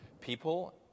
people